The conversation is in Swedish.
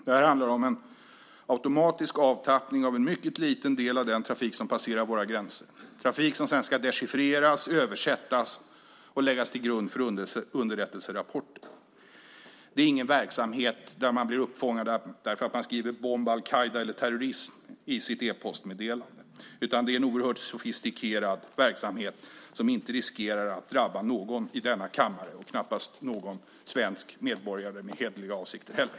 Detta handlar om en automatisk avtappning av en mycket liten del av den trafik som passerar våra gränser, trafik som sedan ska dechiffreras, översättas och läggas till grund för underrättelserapport. Det är ingen verksamhet där man blir uppfångad därför att man skriver bomb, al-Qaida eller terrorist i sitt e-postmeddelande, utan det är en oerhört sofistikerad verksamhet som inte riskerar att drabba någon i denna kammare och knappast heller någon svensk medborgare med hederliga avsikter.